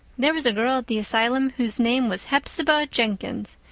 there was a girl at the asylum whose name was hepzibah jenkins,